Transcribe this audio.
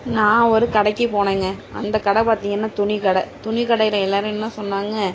நான் ஒரு கடைக்கு போனேங்க அந்த கடை பார்த்திங்கன்னா துணி கடை துணி கடையில் எல்லாேரும் என்ன சொன்னாங்க